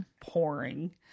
pouring